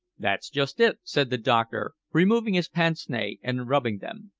that's just it, said the doctor, removing his pince-nez and rubbing them.